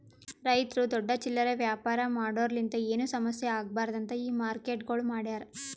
ರೈತುರು ದೊಡ್ಡ ಚಿಲ್ಲರೆ ವ್ಯಾಪಾರ ಮಾಡೋರಲಿಂತ್ ಏನು ಸಮಸ್ಯ ಆಗ್ಬಾರ್ದು ಅಂತ್ ಈ ಮಾರ್ಕೆಟ್ಗೊಳ್ ಮಾಡ್ಯಾರ್